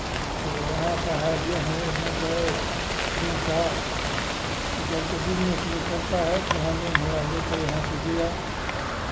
तो यहाँ का है गेहूँ मकई रैंचा इ सबका बिज़नेस लोग करता है जहाँ मन हुआ लेकर यहाँ से गया